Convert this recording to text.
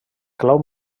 clau